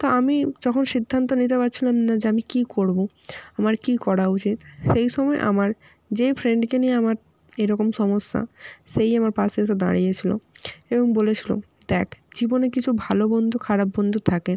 তো আমি যখন সিদ্ধান্ত নিতে পারছিলাম না যে আমি কী করবো আমার কী করা উচিত সেই সময়ে আমার যে ফ্রেন্ডকে নিয়ে আমার এরকম সমস্যা সেই আমার পাশে এসে দাঁড়িয়েছিল এবং বলেছিলো দেখ জীবনে কিছু ভালো বন্ধু খারাপ বন্ধু থাকে